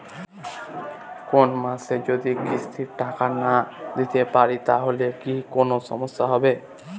কোনমাসে যদি কিস্তির টাকা না দিতে পারি তাহলে কি কোন সমস্যা হবে?